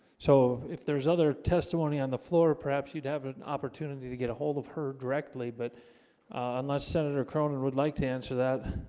so if there's other testimony on the floor perhaps, you'd have an opportunity to get a hold of her directly but unless senator cronin would like to answer that